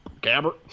Gabbert